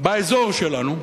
באזור שלנו,